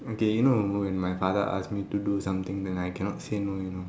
okay you know when my father ask me do something then I cannot say no you know